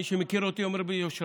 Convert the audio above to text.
מי שמכיר אותי אומר ביושרה: